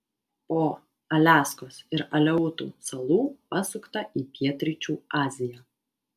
po aliaskos ir aleutų salų pasukta į pietryčių aziją